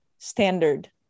standard